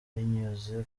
binyuze